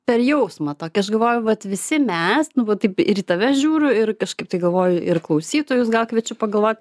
per jausmą tokį aš galvoju vat visi mes nu va taip ir į tave žiūriu ir kažkaip tai galvoju ir klausytojus gal kviečiu pagalvot